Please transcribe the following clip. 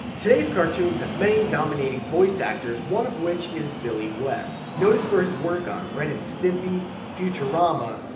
today's cartoons have many dominating voice actors, one of which is billy west. noted for his work on ren and stimpy, futurama,